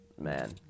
Man